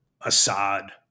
Assad